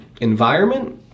environment